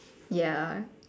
ya